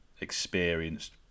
experienced